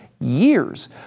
years